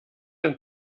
ein